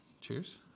Cheers